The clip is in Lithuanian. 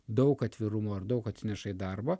daug atvirumo ir daug atsineša į darbą